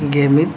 ᱜᱮᱢᱤᱫ